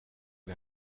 kan